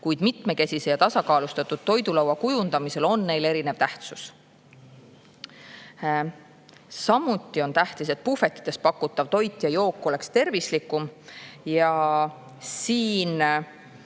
kuid mitmekesise ja tasakaalustatud toidulaua kujundamisel on neil erinev tähtsus. Samuti on tähtis, et puhvetites pakutav toit ja jook oleks tervislikum. Uue